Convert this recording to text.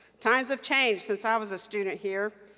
times have changed since i was a student here.